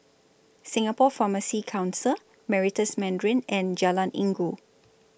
Singapore Pharmacy Council Meritus Mandarin and Jalan Inggu